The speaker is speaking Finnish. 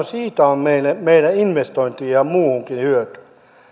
siitä on meille investointeihin ja muuhun hyötyä